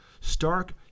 Stark